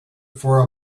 for